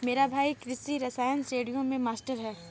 मेरा भाई कृषि रसायन श्रेणियों में मास्टर है